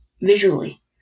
visually